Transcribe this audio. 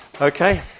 Okay